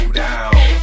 down